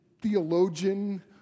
theologian